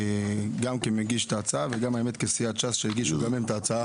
גם כמגיש את ההצעה וגם כסיעת ש"ס שהגישו גם הם את ההצעה.